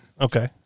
Okay